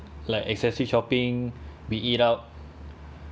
like excessive shopping we eat out